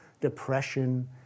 depression